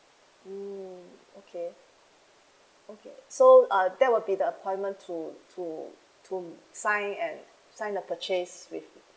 mm okay okay so uh that will be the appointment to to to sign an sign the purchase with